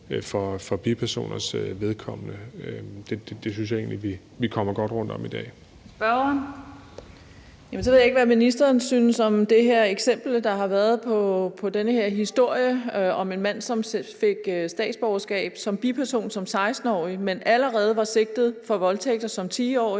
formand (Theresa Berg Andersen): Spørgeren. Kl. 12:45 Brigitte Klintskov Jerkel (KF): Så ved jeg ikke, hvad ministeren synes om det her eksempel, der har været med den her historie om en mand, som fik statsborgerskab som biperson som 16-årig, men allerede var sigtet for voldtægter som 10-årig